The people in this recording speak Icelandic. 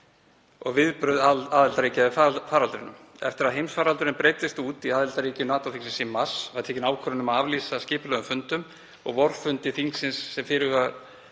og viðbrögð aðildarríkja við faraldrinum. Eftir að heimsfaraldurinn breiddist út í aðildarríkjum NATO-þingsins í mars var tekin ákvörðun um að aflýsa skipulögðum fundum og vorfundi þingsins sem fyrirhugað var